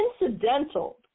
incidental